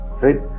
Right